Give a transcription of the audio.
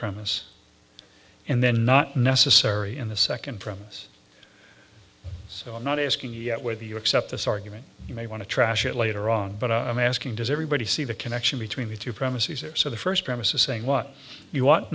promise and then not necessary in the second premise so i'm not asking yet whether you accept this argument you may want to trash it later on but i'm asking does everybody see the connection between the two premises or so the first premise is saying what you w